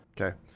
Okay